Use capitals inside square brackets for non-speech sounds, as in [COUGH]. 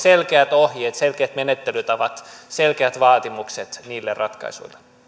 [UNINTELLIGIBLE] selkeät ohjeet selkeät menettelytavat selkeät vaatimukset niille ratkaisuille